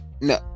No